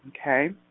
Okay